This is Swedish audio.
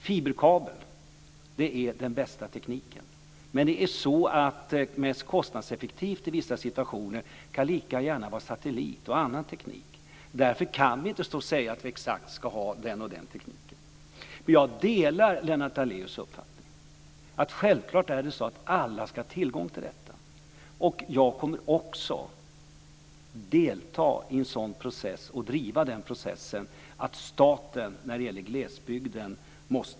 Fiberkabel är den bästa tekniken, men mest kostnadseffektivt i vissa situationer kan lika gärna vara satellit och annan teknik. Därför kan vi inte säga att vi ska ha exakt den eller den tekniken. Jag delar Lennart Daléus uppfattning. Självklart är det så att alla ska ha tillgång till detta. Jag kommer också att delta i och driva en process för att staten ska ta sitt ansvar när det gäller glesbygden.